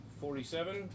Forty-seven